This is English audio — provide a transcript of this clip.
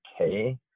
okay